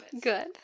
Good